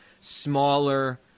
smaller